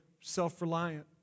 self-reliant